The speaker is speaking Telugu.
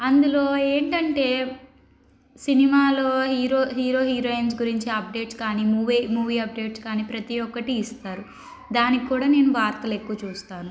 అందులో ఏంటంటే సినిమాలు హీరో హీరో హీరోయిన్స్ గురించి అప్డేట్స్ కానీ మూవీ అప్డేట్స్ కానీ ప్రతి ఒక్కటి ఇస్తారు దానికి కూడా నేను వార్తలు ఎక్కువ చూస్తాను